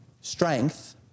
strength